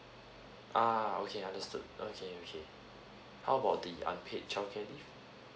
ah okay understood okay okay how about the unpaid childcare leave